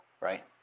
right